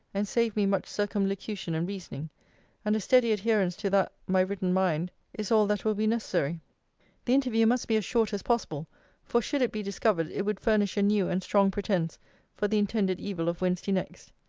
and save me much circumlocution and reasoning and a steady adherence to that my written mind is all that will be necessary the interview must be as short as possible for should it be discovered, it would furnish a new and strong pretence for the intended evil of wednesday next.